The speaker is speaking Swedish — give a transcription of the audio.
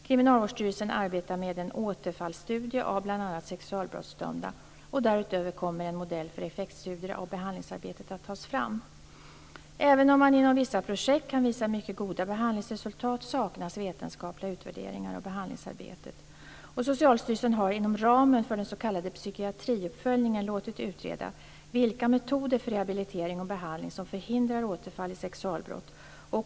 Kriminalvårdsstyrelsen arbetar med en återfallsstudie av bl.a. sexualbrottsdömda. Därutöver kommer en modell för effektstudier av behandlingsarbetet att tas fram. Även om man inom vissa projekt kan visa mycket goda behandlingsresultat saknas vetenskapliga utvärderingar av behandlingsarbetet. Socialstyrelsen har inom ramen för den s.k. psykiatriuppföljningen låtit utreda vilka metoder för rehabilitering och behandling som förhindrar återfall i sexualbrott.